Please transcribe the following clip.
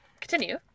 Continue